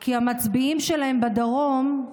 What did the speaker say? כי המצביעים שלהם בדרום,